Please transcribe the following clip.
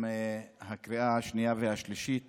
היום לקריאה השנייה והשלישית